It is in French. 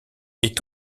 est